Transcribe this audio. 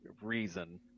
reason